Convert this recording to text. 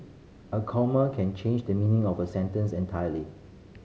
a comma can change the meaning of a sentence entirely